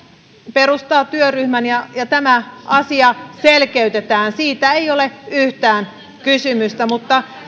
perustaa työryhmän ja ja tämä asia selkeytetään siitä ei ole yhtään kysymystä mutta